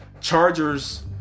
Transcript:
Chargers